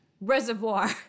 Reservoir